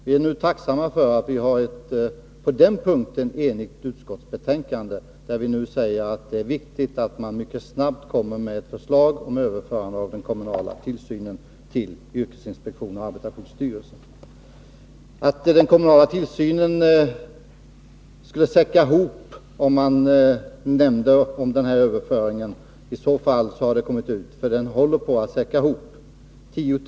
Vi är nu tacksamma för att vi på den punkten har ett enhälligt utskottsbetänkande, där vi säger att det är viktigt att man snabbt kommer med ett förslag om överföring av den kommunala tillsynen till yrkesinspektionen och arbetarskyddsstyrelsen. Om det är så att den kommunala tillsynen skulle ”säcka ihop”, om man nämnde denna överföring, så har det redan hänt, för den har ”säckat ihop”.